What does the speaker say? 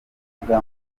mbuga